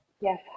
yes